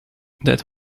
that